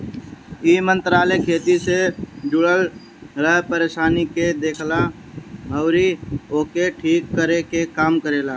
इ मंत्रालय खेती से जुड़ल हर परेशानी के देखेला अउरी ओके ठीक करे के काम करेला